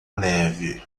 neve